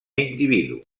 individu